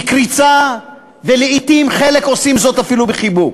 בקריצה, ולעתים חלק עושים זאת אפילו בחיבוק.